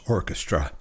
Orchestra